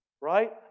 right